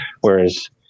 Whereas